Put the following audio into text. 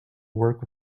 work